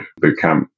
bootcamp